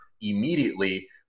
immediately